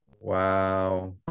Wow